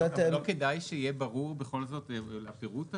אבל לא כדאי יהיה ברור בכל זאת הפירוט הזה?